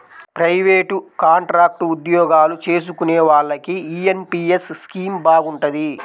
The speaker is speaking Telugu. ప్రయివేటు, కాంట్రాక్టు ఉద్యోగాలు చేసుకునే వాళ్లకి యీ ఎన్.పి.యస్ స్కీమ్ బాగుంటది